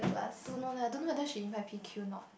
don't know leh I don't know whether she invite P_Q or not